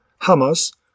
Hamas